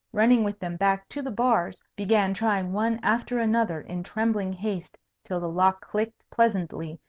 running with them back to the bars, began trying one after another in trembling haste till the lock clicked pleasantly,